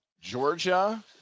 Georgia